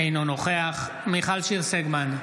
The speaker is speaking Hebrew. אינו נוכח מיכל שיר סגמן,